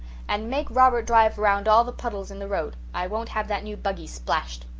and make robert drive round all the puddles in the road. i won't have that new buggy splashed.